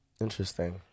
Interesting